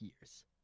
years